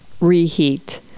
reheat